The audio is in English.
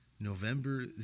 November